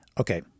Okay